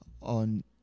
on